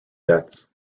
deaths